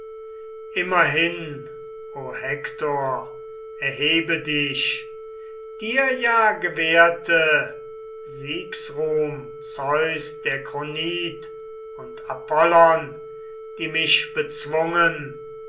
immerhin o hektor erhebe dich dir ja gewährte siegsruhm zeus der kronid und apollon die mich bezwungen